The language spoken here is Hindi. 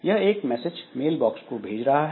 यह एक मैसेज मेल बॉक्स को भेज रहा है